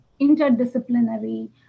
interdisciplinary